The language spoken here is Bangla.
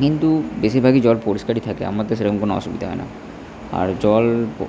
কিন্তু বেশিরভাগই জল পরিষ্কারই থাকে আমার তো সে রকম কোনো অসুবিধা হয় না আর জল